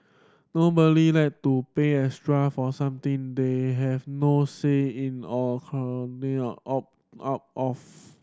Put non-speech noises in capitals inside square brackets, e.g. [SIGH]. nobody like to pay extra for something they have no say in or can [UNINTELLIGIBLE] opt out off